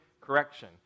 correction